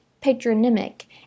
patronymic